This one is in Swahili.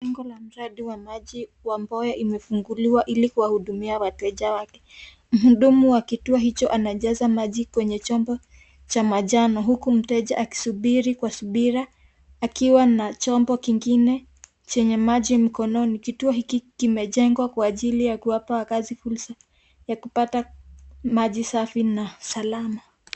Mjengo wa mradi wa maji wa Boya umefunguliwa ili kuwahudumia wateja wake. Mhudumu wa kituo hicho anajaza maji kwenye chombo cha manjano huku mteja akisubiri kwa subira akiwa na chombo kingine chenye maji mkononi. Kituo hiki kimejengwa kwa ajili ya kuwapa wakazi fursa ya kupata maji safi na salama.